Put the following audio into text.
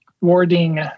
Warding